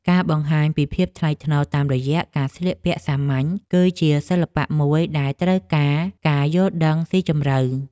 ការបង្ហាញពីភាពថ្លៃថ្នូរតាមរយៈការស្លៀកពាក់សាមញ្ញ គឺជាសិល្បៈមួយដែលត្រូវការការយល់ដឹងស៊ីជម្រៅ។